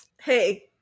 Hey